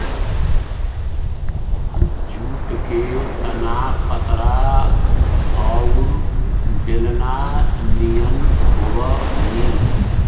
jute के तना पतरा औउर बेलना निअन होवऽ हई